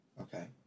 Okay